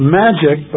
magic